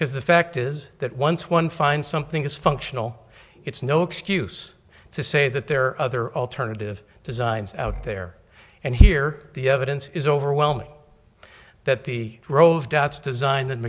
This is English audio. because the fact is that once one finds something is functional it's no excuse to say that there are other alternative designs out there and here the evidence is overwhelming that the role of doubts design that